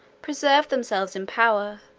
preserve themselves in power,